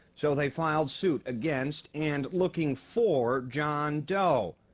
so they filed suit against, and looking for, john doe.